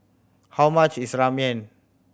how much is Ramen